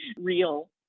real